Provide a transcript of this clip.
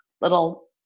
little